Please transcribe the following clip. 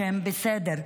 שהם בסדר.